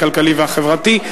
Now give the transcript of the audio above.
הכלכלי והחברתי,